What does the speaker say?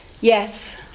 Yes